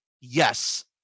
Yes